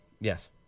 Yes